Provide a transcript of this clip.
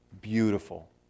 beautiful